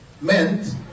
meant